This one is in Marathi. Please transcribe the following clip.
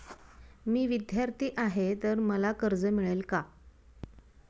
मी विद्यार्थी आहे तर मला कर्ज मिळेल का?